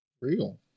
Real